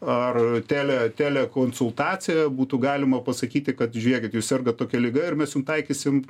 ar tele tele konsultacija būtų galima pasakyti kad žiūrėkit jūs sergat tokia liga ir mes jum taikysim